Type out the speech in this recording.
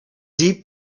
deep